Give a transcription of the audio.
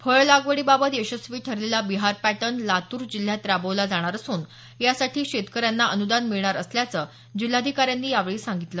फळ लागवडबाबत यशस्वी ठरलेला बिहार पॅटर्न लातूर जिल्ह्यात राबवला जाणार असून यासाठी शेतकऱ्यांना अनुदान मिळणार असल्याचं जिल्हाधिकाऱ्यांनी सांगितलं